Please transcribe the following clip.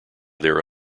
their